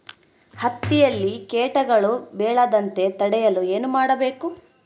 ಹತ್ತಿಯಲ್ಲಿ ಕೇಟಗಳು ಬೇಳದಂತೆ ತಡೆಯಲು ಏನು ಮಾಡಬೇಕು?